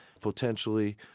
potentially